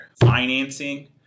financing